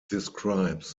describes